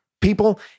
people